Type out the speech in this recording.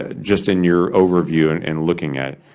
ah just in your overview and and looking at